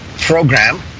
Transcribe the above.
program